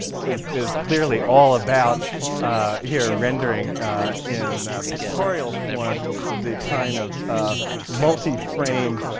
is is clearly all about here rendering in pictorial form the kind of multiframe